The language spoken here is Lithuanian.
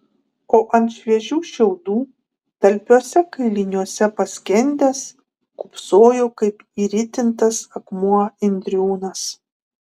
o ant šviežių šiaudų talpiuose kailiniuose paskendęs kūpsojo kaip įritintas akmuo indriūnas